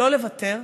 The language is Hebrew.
לא לוותר,